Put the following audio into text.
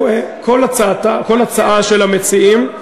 כל הצעה של המציעים,